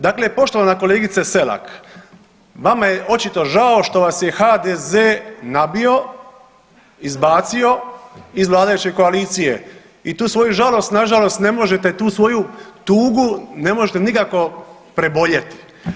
Dakle, poštovana kolegice Selak vama je očito žao što vas je HDZ nabio, izbacio iz vladajuće koalicije i tu svoju žalost na žalost ne možete tu svoju tugu ne možete nikako preboljeti.